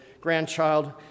grandchild